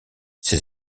ses